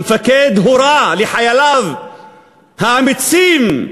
המפקד הורה לחייליו, האמיצים,